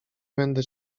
będę